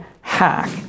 hack